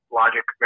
logic